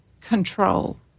control